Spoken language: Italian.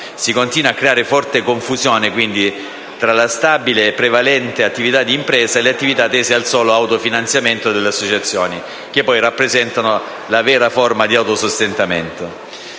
Si continua a creare forte confusione tra la stabile e prevalente attività di impresa e le attività tese al solo autofinanziamento delle associazioni, che rappresentano la vera forma di autosostentamento